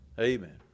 Amen